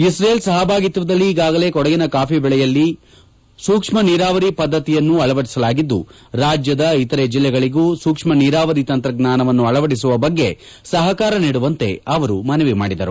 ಇಕ್ರೇಲ್ ಸಹಭಾಗಿತ್ವದಲ್ಲಿ ಈಗಾಗಲೇ ಕೊಡಗಿನ ಕಾಫಿ ಬೆಳೆಯಲ್ಲಿ ಸೂಕ್ಷ್ಮ ನೀರಾವರಿ ಪದ್ದತಿಯನ್ನು ಅಳವಡಿಸಲಾಗಿದ್ದು ರಾಜ್ಯದ ಇತರೆ ಜಿಲ್ಲೆಗಳಿಗೂ ಸೂಕ್ಷ್ಮ ನೀರಾವರಿ ತಂತ್ರಜ್ಞಾನವನ್ನು ಅಳವಡಿಸುವ ಬಗ್ಗೆ ಸಪಕಾರ ನೀಡುವಂತೆ ಅವರು ಮನವಿ ಮಾಡಿದರು